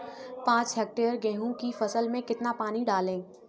पाँच हेक्टेयर गेहूँ की फसल में कितना पानी डालें?